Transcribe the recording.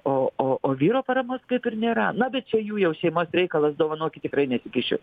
o o o vyro paramos kaip ir nėra na bet čia jų jau šeimos reikalas dovanokit tikrai nesikišiu